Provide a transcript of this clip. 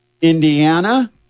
Indiana